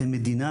כמדינה,